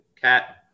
cat